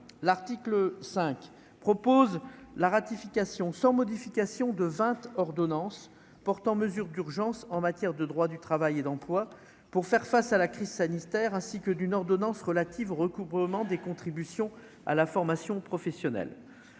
l'article 5 propose la ratification sans modification de 20 ordonnance portant mesures d'urgence en matière de droit du travail et d'emploi pour faire face à la crise sanitaire, ainsi que d'une ordonnance relative au recouvrement des contributions à la formation professionnelle,